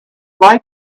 like